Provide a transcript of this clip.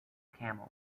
camels